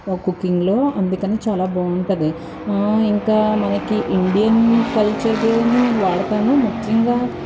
కుక్కింగ్లో అందుకనే చాలా బాగుంటుంది ఇంకా మనకి ఇండియన్ కల్చర్గానే నేను వాడుతాను ముఖ్యంగా